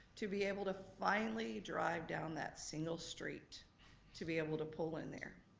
to be able to finally drive down that single street to be able to pull in there.